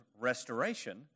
restoration